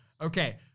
Okay